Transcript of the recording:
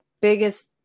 biggest